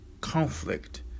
conflict